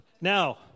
Now